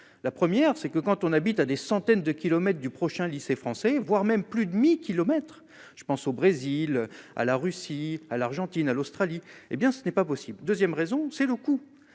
la 1ère c'est que quand on habite à des centaines de kilomètres du prochain lycée français, voire même plus demi-kilomètre, je pense au Brésil à la Russie à l'Argentine à l'Australie, hé bien ce n'est pas possible 2ème raison, c'est le coup